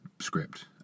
script